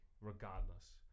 regardless